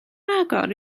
agor